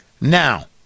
now